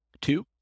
Two